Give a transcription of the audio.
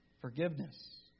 forgiveness